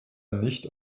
nicht